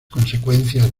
consecuencias